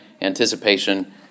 anticipation